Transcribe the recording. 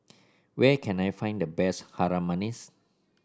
where can I find the best Harum Manis